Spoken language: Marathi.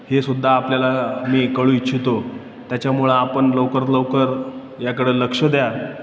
हेसुद्धा आपल्याला मी कळू इच्छितो त्याच्यामुळं आपण लवकरात लवकर याकडं लक्ष द्या